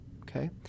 Okay